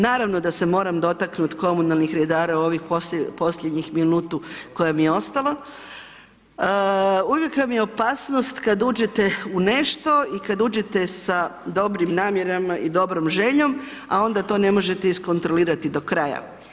Naravno da se moram dotaknuti komunalnih redara u ovih posljednjih minutu koje mi je ostalo, uvijek vam je opasnost kada uđete u nešto i kad uđete sa dobrim namjerama i dobrom željom, a onda to ne možete iskontrolirati do kraja.